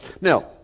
Now